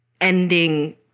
ending